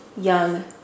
young